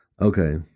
Okay